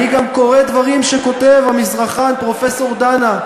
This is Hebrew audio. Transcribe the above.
אני גם קורא דברים שכותב המזרחן פרופסור דנה,